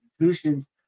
institutions